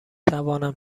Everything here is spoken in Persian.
توانم